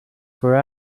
for